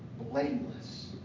Blameless